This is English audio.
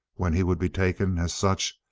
when he would be taken, as such,